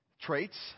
traits